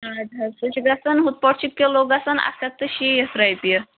آدٕ حظ سُہ چھُ گژھان ہُتھٕ پٲٹھۍ چھُ کِلوٗ گژھان اَکھ ہَتھ تہٕ شیٖتھ رۄپیہِ